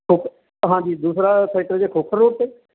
ਹਾਂਜੀ ਦੂਸਰਾ sector J Khokhar road 'ਤੇ